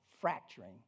fracturing